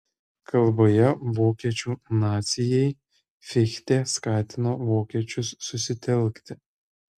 kalboje vokiečių nacijai fichtė skatina vokiečius susitelkti